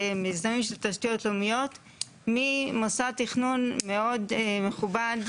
במיזמים של תשתיות לאומיות ממוסד תכנון מאוד מכובד,